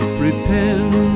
pretend